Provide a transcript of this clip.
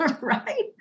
right